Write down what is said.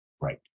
Right